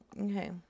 Okay